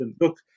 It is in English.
look